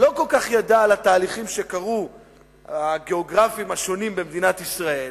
לא כל כך ידע על התהליכים הגיאוגרפיים השונים במדינת ישראל,